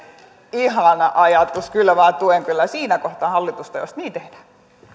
ihana ajatus kyllä minä tuen siinä kohtaa hallitusta jos niin tehdään